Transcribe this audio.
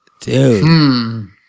dude